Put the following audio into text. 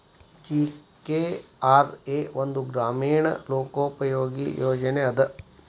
GKRA ಒಂದ ಗ್ರಾಮೇಣ ಲೋಕೋಪಯೋಗಿ ಯೋಜನೆ ಅದ